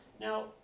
Now